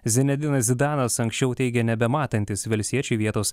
zenedinas zidanas anksčiau teigė nebematantis velsiečiui vietos